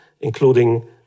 including